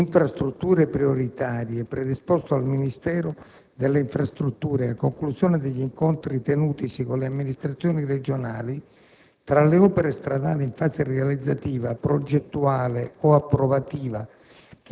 "Infrastrutture Prioritarie" predisposto dal Ministero delle infrastrutture a conclusione degli incontri tenutisi con le amministrazioni regionali, tra le opere stradali in fase realizzativa, progettuale o approvativa